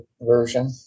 version